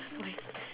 okay